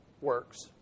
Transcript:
works